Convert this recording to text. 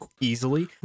easily